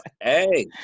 Hey